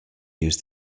use